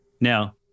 Now